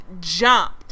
jump